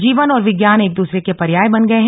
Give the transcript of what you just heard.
जीवन और विज्ञान एक दूसरे के पर्याय बन गए हैं